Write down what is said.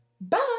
Bye